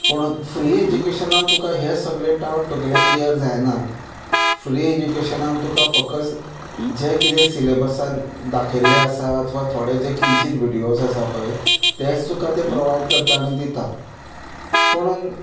पुणूत free एजुकेशनान तुका हे सगले डावट तुगेले क्लियर जायना फ्री एजुकेशनान तुका फकज जें कितें सिलेबसान दाखयल्लें आसा अथवा थोडे जे किंचीत विडयोज आसा पळय तेच तुका ते प्रॉवायड करता आनी दिता पुणून